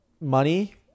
money